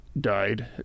died